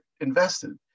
invested